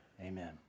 Amen